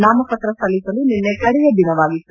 ನಾಮಪತ್ರ ಸಲ್ಲಿಸಲು ನಿನ್ನೆ ಕಡೆಯ ದಿನವಾಗಿತ್ತು